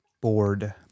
board